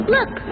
Look